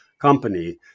company